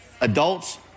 Adults